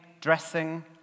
dressing